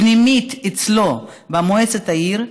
פנימית אצלו במועצת העיר,